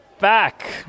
back